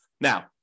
Now